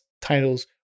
titles